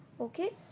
okay